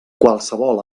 qualsevol